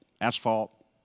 asphalt